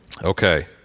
Okay